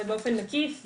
ובאופן מקיף,